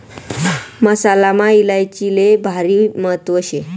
मसालामा इलायचीले भारी महत्त्व शे